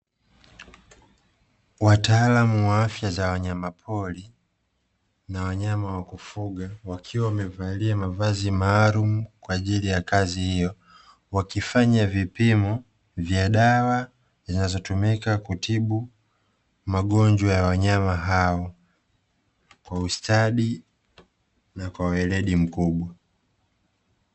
Wataalamu wa afya za wanyama pori na wanyama wa kufuga, wakiwa wamevalia mavazi maalumu kwa ajili ya kazi hiyo. Wakifanya vipimo vya dawa zinazotumika kutibu magonjwa ya wanyama hao kwa ustadi na kwa weledi mkubwa.